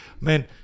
man